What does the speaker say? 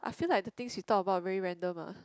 I feel like the things we talk about are very random ah